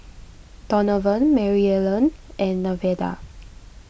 Donovan Maryellen and Nevada